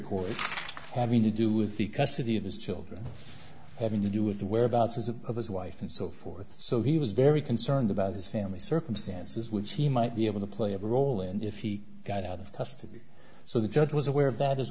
court having to do with the custody of his children having to do with the whereabouts of his wife and so forth so he was very concerned about his family circumstances which he might be able to play a role in if he got out of custody so the judge was aware of that as